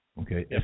Okay